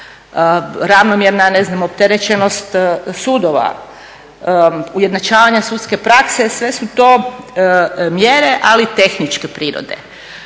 ravnomjerna opterećenost sudova, ujednačavanje sudske prakse sve su to mjere ali tehničke prirode